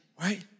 right